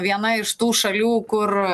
viena iš tų šalių kur